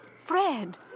fred